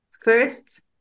first